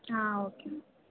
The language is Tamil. ஆ ஓகே